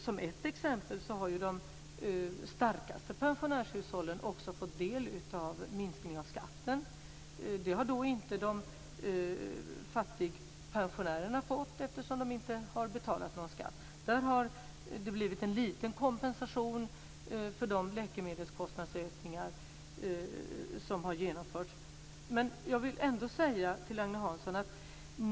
Som ett exempel kan nämnas att de starkaste pensionärshushållen också har fått del av minskningen av skatten, dock inte fattigpensionärerna eftersom de inte har betalat någon skatt. Där har det blivit en liten kompensation för de läkemedelskostnadsökningar som genomförts.